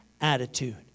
attitude